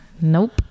Nope